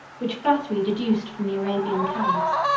which flattery deduced from the arabian caliphs.